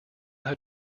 how